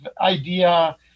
idea